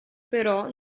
però